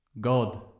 God